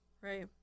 right